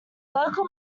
local